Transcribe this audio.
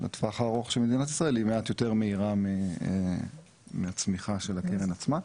לטווח הארוך היא מעט יותר מהירה מהצמיחה של הקרן עצמה.